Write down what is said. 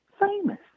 famous